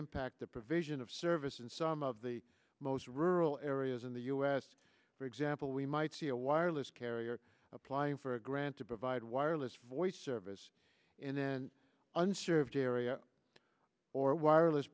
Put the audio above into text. impact the provision of service in some of the most rural areas in the us for example we might see a wireless carrier applying for a grant to provide wireless voice service and then unserved area or wireless